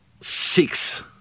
Six